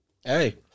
Hey